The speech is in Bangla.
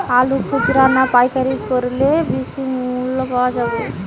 আলু খুচরা না পাইকারি করলে বেশি মূল্য পাওয়া যাবে?